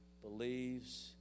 believes